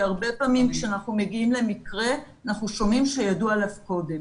כי הרבה פעמים כשאנחנו מגיעים למקרה אנחנו שומעים שידעו עליו קודם.